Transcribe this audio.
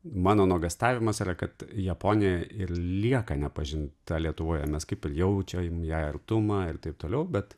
mano nuogąstavimas yra kad japonija ir lieka nepažinta lietuvoje mes kaip ir jaučiam jai artumą ir taip toliau bet